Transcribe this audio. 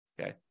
Okay